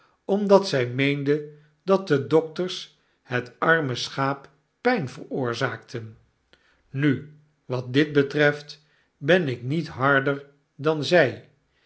omdat zij meende dat de dokters het arme schaap pynveroorzaakten nu wat dit betreft ben ik niet harder dan zij